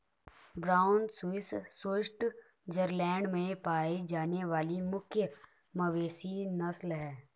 brown Swiss Switzerland में पाई जाने वाली मुख्य मवेशी नस्ल है